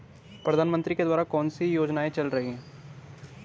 प्रधानमंत्री के द्वारा कौनसी योजनाएँ चल रही हैं?